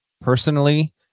personally